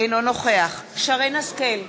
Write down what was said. אינו נוכח שרן השכל,